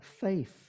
faith